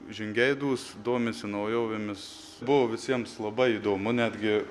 žingeidūs domisi naujovėmis buvo visiems labai įdomu netgi